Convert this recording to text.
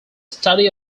study